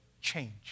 change